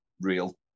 real